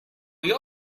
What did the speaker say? you